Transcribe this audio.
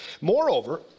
Moreover